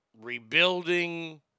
rebuilding